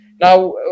Now